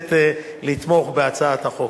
הכנסת לתמוך בהצעת החוק.